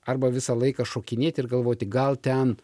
arba visą laiką šokinėti ir galvoti gal ten